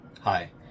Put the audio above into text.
Hi